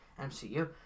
MCU